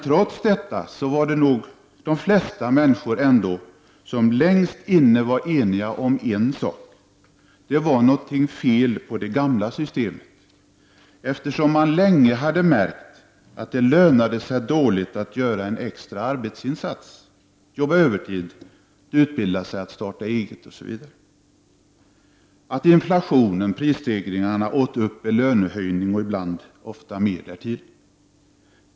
Trots det var nog de flesta innerst inne eniga om en sak: Det var någonting som var fel när det gällde det gamla systemet. Människor hade ju under lång tid märkt att det lönade sig dåligt att göra en extra arbetsinsats — t.ex. att jobba på övertid, att starta eget eller att utbilda sig. Inflationen, prisstegringarna, åt ofta upp erhållen lönehöjning, och ofta mer därtill.